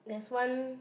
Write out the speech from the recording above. there's one